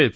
F